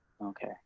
Okay